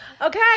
Okay